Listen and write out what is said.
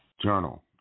journal